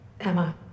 Emma